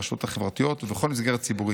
ברשתות החברתיות ובכל מסגרת ציבורית.